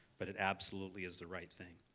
but it absolutely is the right thing.